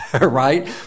right